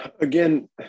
again